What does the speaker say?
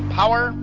power